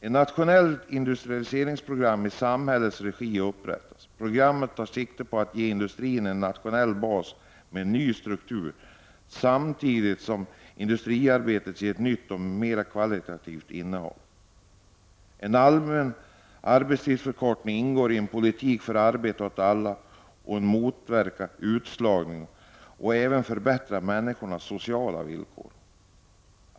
—- Ett nationellt industrialiseringsprogram i samhällets regi upprättas. Programmet tar sikte på att ge industrin en nationell bas med en ny struktur samtidigt som industriarbetet ges ett nytt och mer kvalitativt innehåll. — En allmän arbetstidsförkortning ingår i en politik för arbete åt alla och kan motverka utslagning och även förbättra människors sociala villkor.